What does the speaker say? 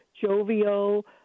jovial